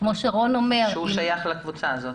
אדם ששייך לקבוצה הזאת.